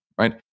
right